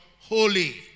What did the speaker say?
holy